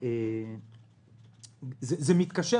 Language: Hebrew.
זה מתקשר